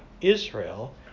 Israel